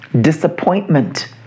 disappointment